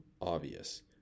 obvious